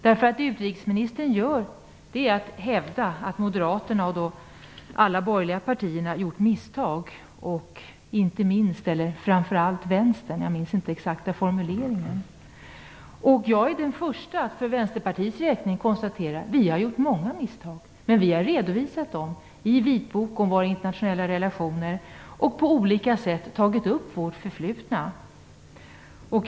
Vad utrikesministern gör är ju att hon hävdar att Moderaterna liksom alla de andra borgerliga partierna har gjort misstag. Inte minst gäller det - eller kanske framför allt, jag minns inte den exakta formuleringen - vänstern. Ja, jag är den första att för Vänsterpartiets räkning konstatera att vi har gjort många misstag. Men vi har redovisat dem i en vitbok om våra internationella relationer och har på olika sätt tagit upp vårt förflutna.